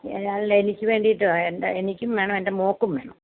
അല്ല എനിക്ക് വേണ്ടിയിട്ടാണ് എൻ്റെ എനിക്കും വേണം എൻ്റെ മോൾക്കും വേണം